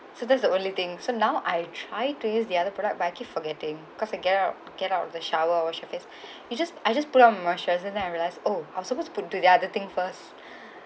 so that's the only thing so now I try to use the other product but I keep forgetting cause I get out get out of the shower I wash the face it just I just put on moisturiser then I realise oh I'm supposed to put to the other thing first